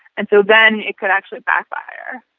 and so then it could actually backfire